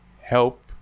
help